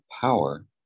power